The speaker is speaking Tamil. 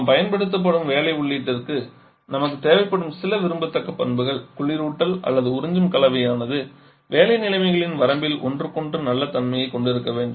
நாம் பயன்படுத்தும் வேலை உள்ளீட்டிற்கு நமக்கு தேவைப்படும் சில விரும்பத்தக்க பண்புகள் குளிரூட்டல் அல்லது உறிஞ்சும் கலவையானது வேலை நிலைமைகளின் வரம்பில் ஒன்றுக்கொன்று நல்ல தன்மையைக் கொண்டிருக்க வேண்டும்